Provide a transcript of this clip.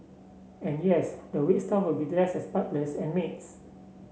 and yes the wait staff will be dressed as butlers and maids